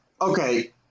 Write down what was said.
Okay